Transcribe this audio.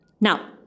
Now